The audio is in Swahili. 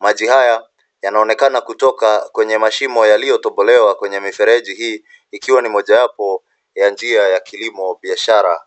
Maji haya yanaonekana kutoka kwenye mashimo yaliyotobolewa kwenye mifereji hii, ikiwa ni mojawapo ya njia ya kilimo biashara.